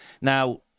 Now